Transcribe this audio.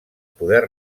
poder